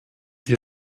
die